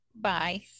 Bye